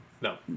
No